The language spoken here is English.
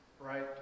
Right